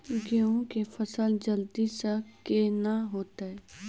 गेहूँ के फसल जल्दी से के ना होते?